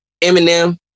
Eminem